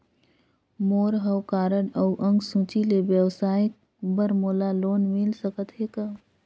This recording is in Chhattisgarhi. मोर हव कारड अउ अंक सूची ले व्यवसाय बर मोला लोन मिल सकत हे का?